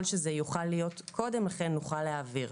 שזה יוכל להיות קודם לכן נוכל להעביר.